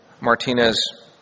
Martinez